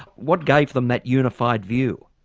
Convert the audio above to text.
what gave them that unified view?